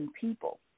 people